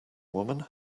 woman